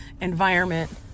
environment